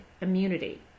immunity